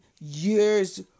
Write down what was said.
years